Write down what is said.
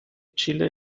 chile